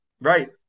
Right